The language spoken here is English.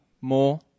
more